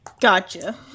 Gotcha